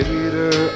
Later